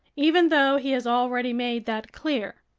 even though he has already made that clear?